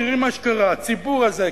תראי מה שקרה: הציבור הזה,